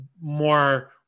more